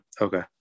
Okay